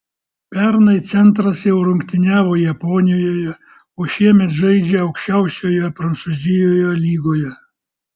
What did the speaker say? pernai centras jau rungtyniavo japonijoje o šiemet žaidžia aukščiausioje prancūzijoje lygoje